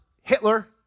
Hitler